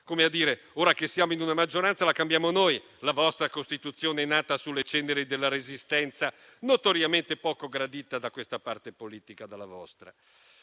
Come a dire: ora che siamo in maggioranza, la cambiamo noi la vostra Costituzione nata sulle ceneri della Resistenza, notoriamente poco gradita da questa parte politica, dalla vostra;